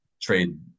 trade